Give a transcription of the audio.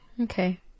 Okay